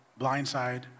blindside